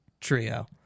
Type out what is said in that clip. Trio